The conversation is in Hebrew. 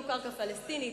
לא קרקע פלסטינית,